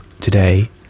today